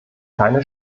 keine